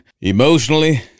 emotionally